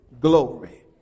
glory